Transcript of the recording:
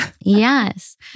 Yes